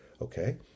okay